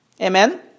Amen